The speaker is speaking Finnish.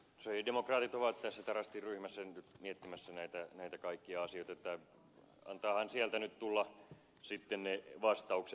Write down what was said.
sosialidemokraatit ovat tässä tarastin ryhmässä nyt miettimässä näitä kaikkia asioita että antaahan sieltä nyt tulla sitten ne vastaukset